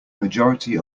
majority